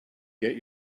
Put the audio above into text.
get